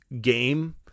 game